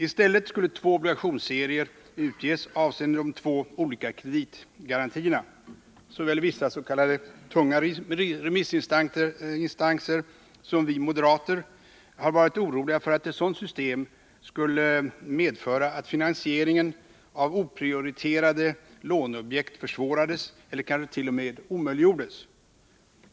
I stället skulle två obligationsserier utges avseende de två olika kreditgarantierna. Såväl vissa s.k. tunga remissinstanser som vi moderater har varit oroliga för att ett sådant system skulle medföra att finansieringen av oprioriterade låneobjekt försvårades eller kanske t.o.m. omöjliggjordes.